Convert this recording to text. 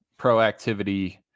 proactivity